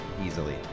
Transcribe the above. easily